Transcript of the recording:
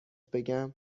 بگم